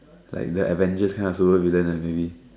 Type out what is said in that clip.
like the Avengers kind ah maybe